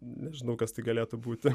nežinau kas tai galėtų būti